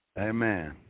Amen